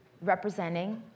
representing